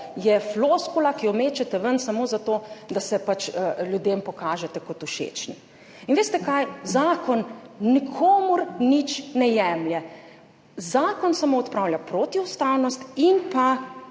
je floskula, ki jo mečete ven samo za to, da se pač ljudem pokažete kot všečni. In veste kaj, zakon nikomur nič ne jemlje. Zakon samo odpravlja protiustavnost in pa